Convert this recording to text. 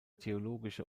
theologische